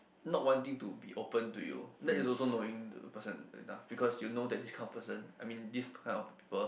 not wanting to be open to you that is also knowing the person enough because you know that this kind of person I mean this kind of people